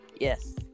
Yes